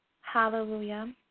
Hallelujah